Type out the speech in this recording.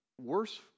worse